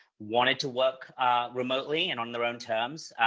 wanted to work remotely and on their own terms.